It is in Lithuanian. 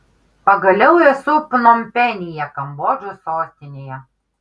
pagaliau esu pnompenyje kambodžos sostinėje